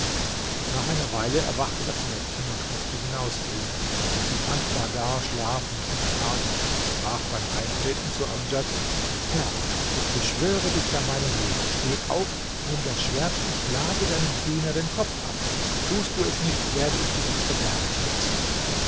nach einer weile erwachte das mädchen und mußte hinausgehen sie fand bahdar schlafend und schnarchend und sprach beim eintreten zu amdjad herr ich beschwöre dich bei meinem leben steh auf nimm das schwert und schlage deinem diener den kopf ab tust du es nicht werde ich dich ins verderben stürzen